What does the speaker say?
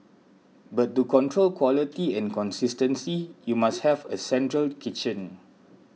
but to control quality and consistency you must have a central kitchen